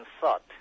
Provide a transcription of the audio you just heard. thought